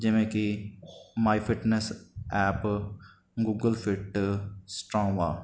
ਜਿਵੇਂ ਕੀ my fitness app Google fit Strava